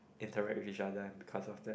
interactive with each other because of that